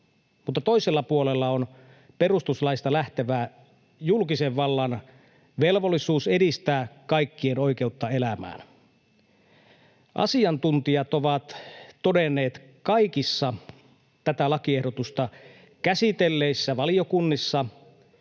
mutta toisella puolella on perustuslaista lähtevä julkisen vallan velvollisuus edistää kaikkien oikeutta elämään. Asiantuntijat ovat todenneet kaikissa tätä lakiehdotusta käsitelleissä valiokunnissa,